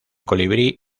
colibrí